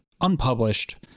unpublished